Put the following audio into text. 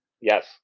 Yes